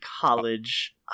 college